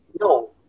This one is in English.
no